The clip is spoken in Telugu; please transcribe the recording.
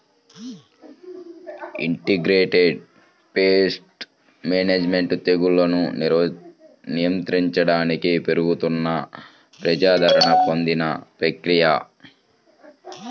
ఇంటిగ్రేటెడ్ పేస్ట్ మేనేజ్మెంట్ తెగుళ్లను నియంత్రించడానికి పెరుగుతున్న ప్రజాదరణ పొందిన ప్రక్రియ